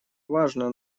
важно